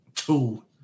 Two